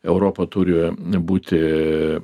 europa turi būti